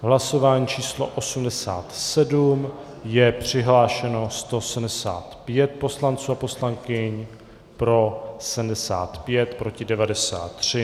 V hlasování číslo 87 je přihlášeno 175 poslanců a poslankyň, pro 75, proti 93.